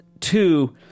Two